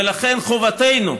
ולכן חובתנו,